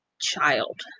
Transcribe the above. child